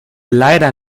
leider